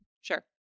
Sure